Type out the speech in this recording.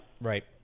right